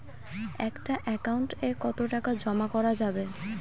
একটা একাউন্ট এ কতো টাকা জমা করা যাবে?